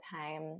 time